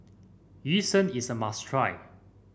Yu Sheng is a must try